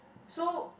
so